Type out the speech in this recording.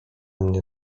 mnie